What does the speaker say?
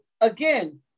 again